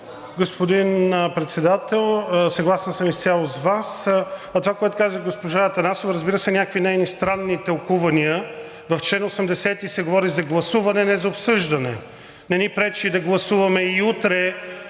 господин Председател, съгласен съм изцяло с Вас. А това, което каза госпожа Атанасова, разбира се, са някакви нейни странни тълкувания. В чл. 80 се говори за гласуване – не за обсъждане. Не ни пречи да гласуваме и утре…